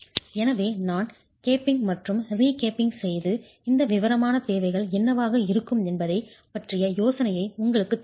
எனவே நான் கேப்பிங் மற்றும் ரீகேப்பிங் செய்து இந்த விவரமான தேவைகள் என்னவாக இருக்கும் என்பதைப் பற்றிய யோசனையை உங்களுக்குத் தருகிறேன்